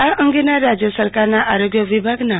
આ અંગેના રાજય સરકારના આરોગ્ય વિભાગ તા